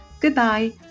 Goodbye